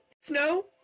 snow